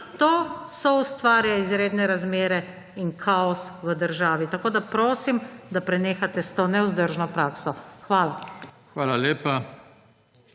to soustvarja izredne razmere in kaos v državi. Tako prosim, da prenehate s to nevzdržno prakso. Hvala.